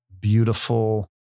beautiful